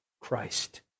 Christ